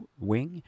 Wing